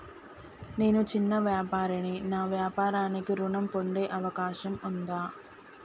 నేను చిన్న వ్యాపారిని నా వ్యాపారానికి ఋణం పొందే అవకాశం ఉందా?